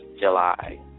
July